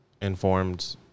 informed